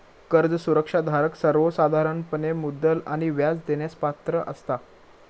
कर्ज सुरक्षा धारक सर्वोसाधारणपणे मुद्दल आणि व्याज देण्यास पात्र असता